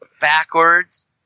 backwards